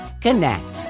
connect